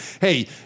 Hey